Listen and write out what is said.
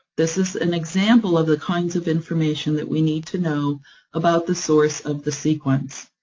this is an example of the kinds of information that we need to know about the source of the sequence.